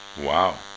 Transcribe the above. Wow